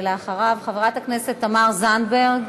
חברת הכנסת תמר זנדברג,